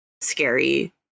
scary